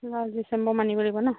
last December মানিব লাগিব ন